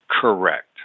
Correct